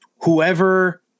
whoever